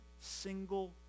single